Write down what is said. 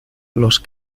los